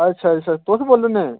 अच्छा अच्छा तुस बोल्लै ने